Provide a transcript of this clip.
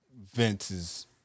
Vince's